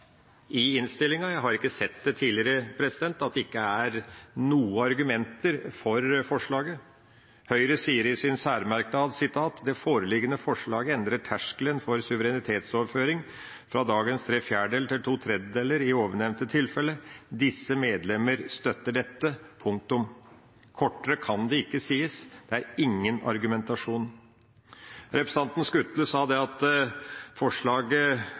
i innstillingen – jeg har ikke sett det tidligere, at det ikke er noen argumenter for et forslag. Høyre sier i sin særmerknad: «Det foreliggende forslaget endrer terskelen for suverenitetsoverføring fra dagens ¾ til ⅔ i ovennevnte tilfelle. Disse medlemmer støtter dette.» Kortere kan det ikke sies. Det er ingen argumentasjon. Representanten Skutle sa at forslaget